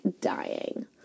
dying